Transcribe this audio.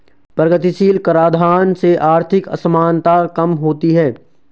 प्रगतिशील कराधान से आर्थिक असमानता कम होती है